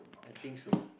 I think so